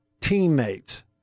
teammates